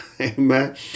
amen